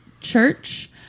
Church